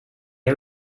are